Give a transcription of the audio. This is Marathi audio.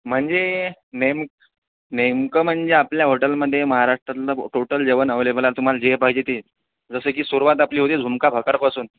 म्हणजे नेम नेमकं म्हणजे आपल्या हॉटेलमध्ये महाराष्ट्रातलं टोटल जेवण अव्हेलेबल टोटल तुम्हाला जे पाहिजे ते जसं की सुरूवात आपली होते झुणका भाकरपासून